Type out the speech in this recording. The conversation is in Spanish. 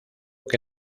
que